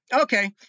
okay